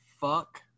fuck